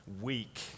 weak